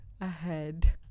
ahead